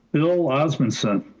bill osmunson,